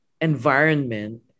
environment